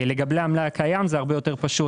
לגבי המלאי הקיים זה הרבה יותר פשוט